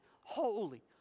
holy